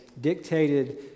dictated